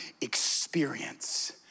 experience